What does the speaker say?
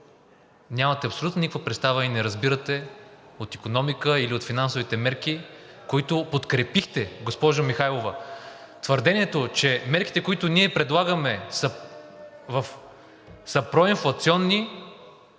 нямате абсолютно никаква представа и не разбирате от икономика или от финансовите мерки, които подкрепихте, госпожо Михайлова. Твърдението, че мерките, които ние предлагаме, са проинфлационни,